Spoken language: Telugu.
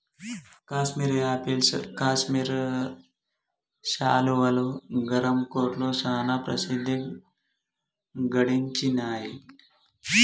కాశ్మీర్ ఆపిల్స్ కాశ్మీర్ శాలువాలు, గరం కోట్లు చానా ప్రసిద్ధి గడించినాయ్